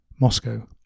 Moscow